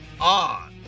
on